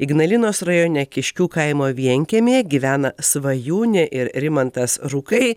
ignalinos rajone kiškių kaimo vienkiemyje gyvena svajūnė ir rimantas rukai